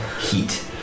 heat